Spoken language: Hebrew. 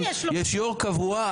יש יושב-ראש קבוע.